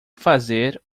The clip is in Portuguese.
fazer